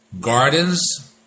Gardens